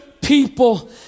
people